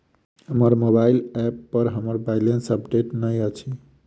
हमर mobile app पर हमर बैलेंस अपडेट नहि अछि